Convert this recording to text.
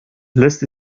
lässt